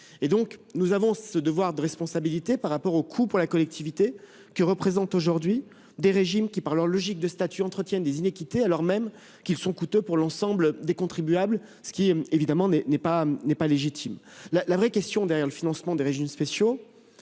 Nous avons un devoir de responsabilité par rapport au coût pour la collectivité que représentent aujourd'hui des régimes qui, par leur logique de statut, entretiennent des iniquités, alors même qu'ils sont coûteux pour l'ensemble des contribuables. Tout cela n'est évidemment pas légitime. La seule question, derrière le financement des régimes spéciaux,